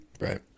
Right